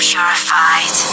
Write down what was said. Purified